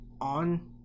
on